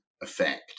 effect